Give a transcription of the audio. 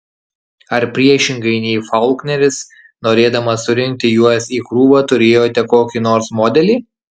ar priešingai nei faulkneris norėdamas surinkti juos į krūvą turėjote kokį nors modelį